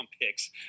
picks